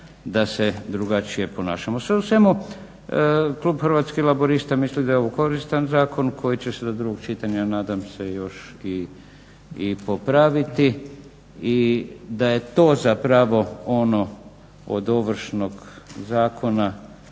da se drugačije ponašamo. Sve u svemu klub Hrvatskih laburista misli da je ovo koristan zakon koji će se do drugog čitanja nadam se još i popraviti. I da je to zapravo ono od Ovršnog zakona